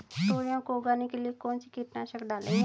तोरियां को उगाने के लिये कौन सी कीटनाशक डालें?